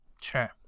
Sure